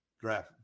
draft